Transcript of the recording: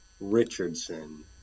Richardson